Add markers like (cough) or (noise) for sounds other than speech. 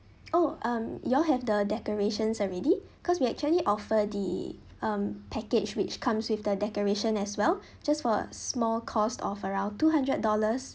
oh um y'all have the decorations already cause we actually offer the um package which comes with the decoration as well (breath) just for a small cost of around two hundred dollars